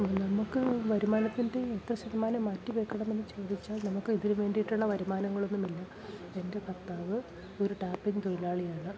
നമുക്ക് വരുമാനത്തിൻ്റെ എത്ര ശതമാനം മാറ്റി വയ്ക്കണമെന്ന് ചോദിച്ചാൽ നമുക്ക് ഇതിനുവേണ്ടിയിട്ടുള്ള വരുമാനങ്ങളൊന്നുമില്ല എൻ്റെ ഭർത്താവ് ഒരു ടാപ്പിംഗ് തൊഴിലാളിയാണ്